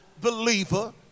believer